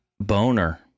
boner